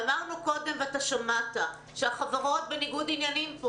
אמרנו קודם ושמעת שהחברות בניגוד עניינים פה.